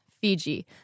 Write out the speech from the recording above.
Fiji